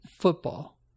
football